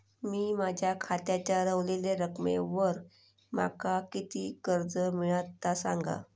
मी माझ्या खात्याच्या ऱ्हवलेल्या रकमेवर माका किती कर्ज मिळात ता सांगा?